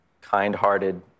kind-hearted